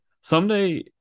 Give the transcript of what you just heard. someday